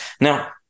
Now